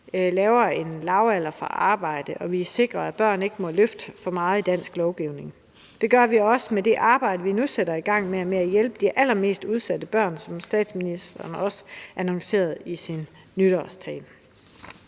lavet en lavalder for arbejde og har sikret, at børn ikke må løfte for meget. Det gør vi også med det arbejde, vi nu sætter i gang, med at hjælpe de allermest udsatte børn, som statsministeren også annoncerede i sin nytårstale.